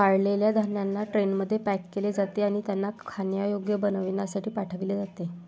वाळलेल्या धान्यांना ट्रेनमध्ये पॅक केले जाते आणि त्यांना खाण्यायोग्य बनविण्यासाठी पाठविले जाते